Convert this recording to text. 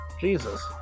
Jesus